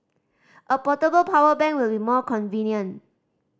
a portable power bank will be more convenient